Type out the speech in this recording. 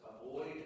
avoid